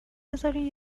بذارین